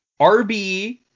rb